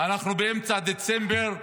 אנחנו באמצע דצמבר,